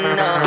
no